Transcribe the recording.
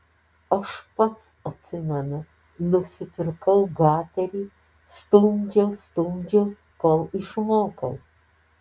aš pats atsimenu nusipirkau gaterį stumdžiau stumdžiau kol išmokau